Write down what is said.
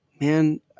Man